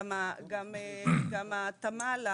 גם התמ"ל,